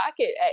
pocket